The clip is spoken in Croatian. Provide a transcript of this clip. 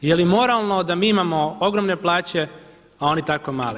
Je li moralno da mi imamo ogromne plaće a oni tako male?